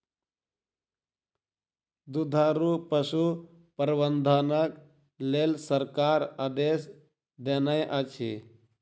दुधारू पशु प्रबंधनक लेल सरकार आदेश देनै अछि